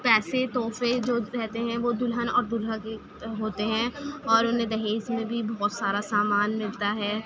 پیسے تحفے جو رہتے ہیں وہ دلہن اور دولہا کے ہوتے ہیں اور انہیں جہیز میں بھی بہت سارا سامان ملتا ہے